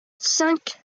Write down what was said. cinq